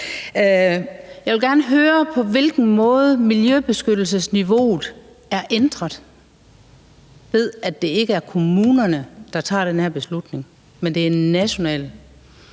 Jeg vil gerne høre, på hvilken måde miljøbeskyttelsesniveauet er ændret, ved at det ikke er kommunerne, der tager den her beslutning, men ved at det er nationale